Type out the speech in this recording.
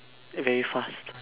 eh very fast